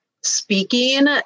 speaking